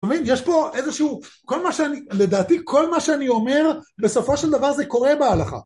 מבין יש פה איזשהו כל מה שאני לדעתי כל מה שאני אומר בסופו של דבר זה קורה בהלכה